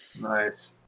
Nice